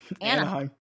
Anaheim